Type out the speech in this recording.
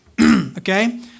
okay